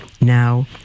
Now